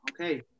okay